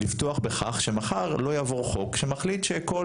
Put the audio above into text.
לבטוח בכך שמחר לא יעבור חוק שמחליט שכל